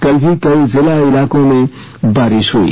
कल भी कई जिला इलाकों में बारिश हुई